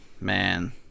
man